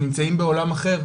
נמצאים בעולם אחר,